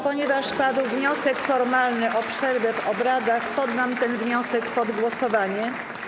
Ponieważ padł wniosek formalny o przerwę w obradach, poddam ten wniosek pod głosowanie.